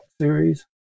series